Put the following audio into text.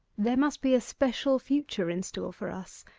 there must be a special future in store for us,